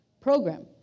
program